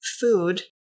food